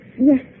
Yes